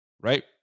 Right